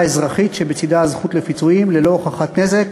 אזרחית שבצדה הזכות לפיצויים ללא הוכחת נזק